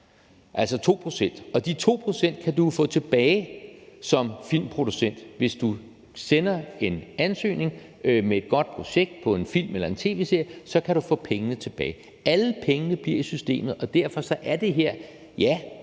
på 2 pct. Og de 2 pct. kan du jo som filmproducent få tilbage; hvis du sender en ansøgning med et godt projekt for en film eller en tv-serie, kan du få pengene tilbage. Alle pengene bliver i systemet, og derfor er det her